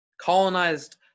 colonized